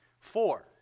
Four